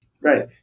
Right